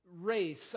race